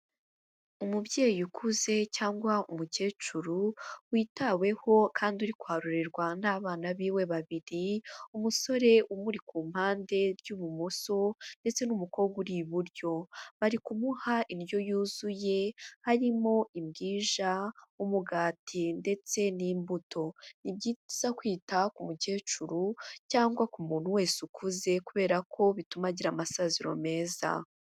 Umubyeyi ukuze cyangwa umukecuru witaweho, kandi uri kwarurirwa n'abana biwe babiri, umusore umuri ku mpande rw'ibumoso, ndetse n'umukobwa uri iburyo, bari kumuha indyo yuzuye, harimo, imbwija, umugati ndetse n'imbuto, ni byiza kwita ku mukecuru cyangwa ku muntu wese ukuze, kubera ko bituma agira amasaziro meza.